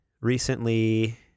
recently